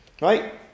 Right